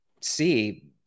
see